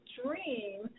dream